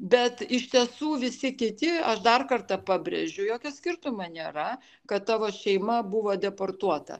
bet iš tiesų visi kiti aš dar kartą pabrėžiu jokio skirtumo nėra kad tavo šeima buvo deportuota